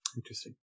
Interesting